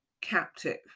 captive